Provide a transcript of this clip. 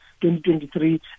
2023